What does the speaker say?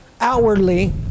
outwardly